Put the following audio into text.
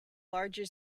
larger